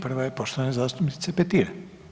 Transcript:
Prva je poštovane zastupnice Petir.